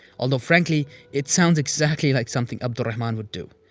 although, frankly, it sounds exactly like something abd al-rahman would do.